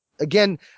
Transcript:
again